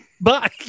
Bye